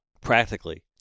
practically